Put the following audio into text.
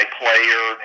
player